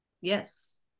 Yes